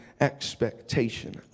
expectation